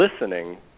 listening